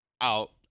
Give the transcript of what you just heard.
Out